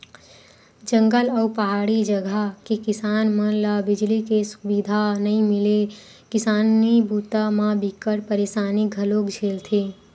जंगल अउ पहाड़ी जघा के किसान मन ल बिजली के सुबिधा नइ मिले ले किसानी बूता म बिकट परसानी घलोक झेलथे